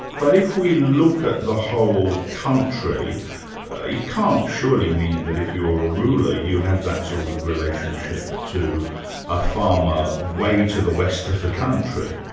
but if we look at the whole country, it can't surely mean that if you're a ruler you have that sort of relationship to a farmer way to the west of the country?